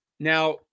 Now